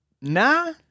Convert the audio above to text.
Nah